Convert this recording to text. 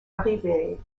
arriver